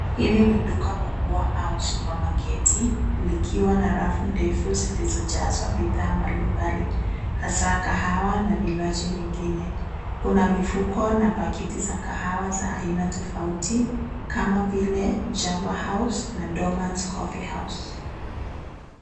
Hili ni duka kubwa au supermarket likiwa na rafu ndefu zilizojazwa bidhaa mbalimbali hasa kahawa na vinywaji vingine. Kuna mifuko na paketi za kahawa za aina tofauti kama vile Java house na Domance Coffee house.